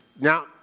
Now